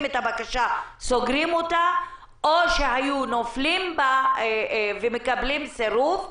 את הבקשה וסוגרים אותה או שהיו נופלים בה ומקבלים סירוב.